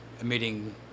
emitting